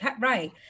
Right